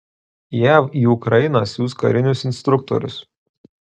jav į ukrainą siųs karinius instruktorius